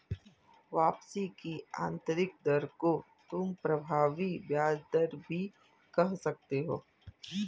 वापसी की आंतरिक दर को तुम प्रभावी ब्याज दर भी कह सकते हो